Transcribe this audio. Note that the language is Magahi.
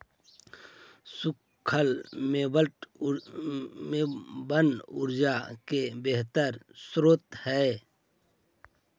सूखल मेवबन ऊर्जा के बेहतर स्रोत हई